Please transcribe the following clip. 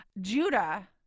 Judah